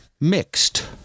mixed